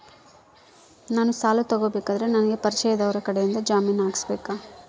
ನಾನು ಸಾಲ ತಗೋಬೇಕಾದರೆ ನನಗ ಪರಿಚಯದವರ ಕಡೆಯಿಂದ ಜಾಮೇನು ಹಾಕಿಸಬೇಕಾ?